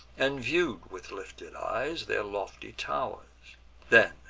and view'd, with lifted eyes, their lofty tow'rs then,